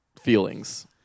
feelings